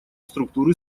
структуры